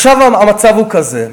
עכשיו המצב הוא כזה.